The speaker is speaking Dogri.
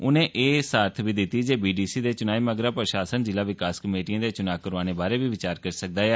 उनें एह सारत बी दित्ती जे बी डी सी दे चुनाएं मगरा प्रशासन जिला विकास कमेटिएं दे चुनां करोआने बारै बी विचार करी सकदा ऐ